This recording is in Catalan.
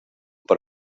per